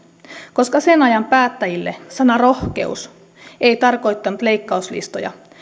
koska sen ajan päättäjille sana rohkeus ei tarkoittanut leikkauslistoja